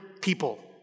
people